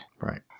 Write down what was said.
Right